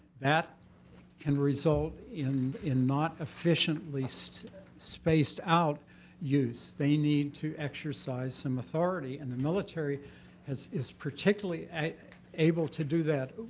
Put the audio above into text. that can result in in not efficiently spaced spaced out use. they need to exercise some authority. and the military is particularly able to do that